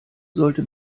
sollte